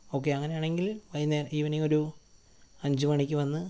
okay അങ്ങനെയാണെങ്കിൽ വൈകുന്നേരം evening ഒരു അഞ്ചുമണിക്ക് വന്ന്